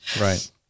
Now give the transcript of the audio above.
right